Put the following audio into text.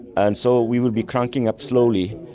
and so we will be cranking up slowly.